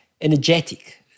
energetic